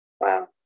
wow